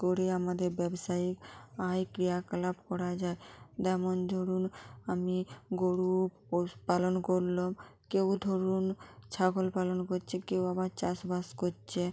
করে আমাদের ব্যবসায়ী আয় ক্রিয়াকলাপ করা যায় যেমন ধরুন আমি গরু পোষ পালন করলম কেউ ধরুন ছাগল পালন করছে কেউ আবার চাষবাস করছে